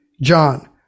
John